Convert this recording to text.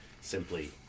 simply